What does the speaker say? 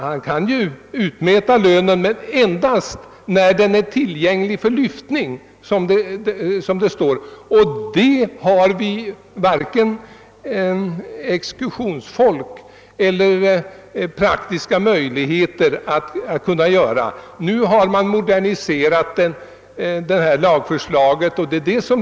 Han kan visserligen göra utmätning i lönen, men det kan han göra endast när den är tillgänglig för lyftning, som det står, och för detta arbete finns det inte tillräckligt med personal, och det saknas också praktiska möjligheter för utmätningsmannen att utföra det.